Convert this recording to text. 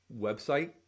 website